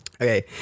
Okay